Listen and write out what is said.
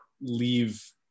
leave